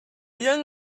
young